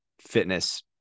fitness